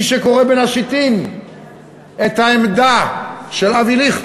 מי שקורא בין השיטין את העמדה של אבי ליכט,